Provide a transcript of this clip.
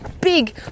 big